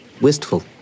wistful